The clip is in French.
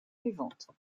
suivantes